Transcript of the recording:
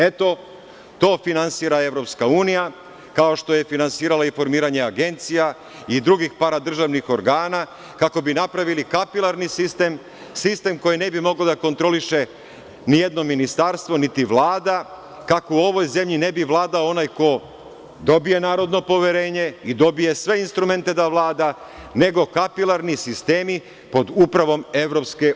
Eto, to finansira EU, kao što je finansirala i formiranje agencija i drugih paradržavnih organa, kako bi napravili kapilarni sistem, sistem koji ne bi mogao da kontroliše ni jedno ministarstvo, niti Vlada, kako u ovoj zemlji ne bi vladao onaj ko dobije narodno poverenje i dobije sve instrumente da vlada, nego kapilarni sistemi pod upravom EU.